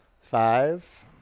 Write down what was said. five